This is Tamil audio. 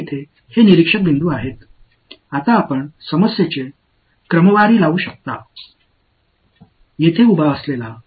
இங்கே நிற்கும் இந்த பார்வையாளர் பொடன்டியலை கண்டுபிடிக்க விரும்புகிறார்